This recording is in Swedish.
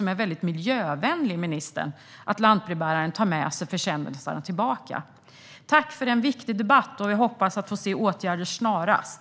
Det är dessutom miljövänlig service, ministern, att lantbrevbäraren tar med sig försändelser tillbaka. Tack för en viktig debatt. Jag hoppas att få se åtgärder snarast.